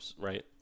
right